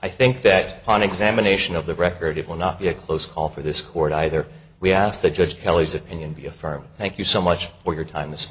i think that on examination of the record it will not be a close call for this court either we asked the judge kelly's opinion be a firm thank you so much for your time th